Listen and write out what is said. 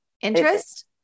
Interest